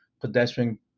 pedestrian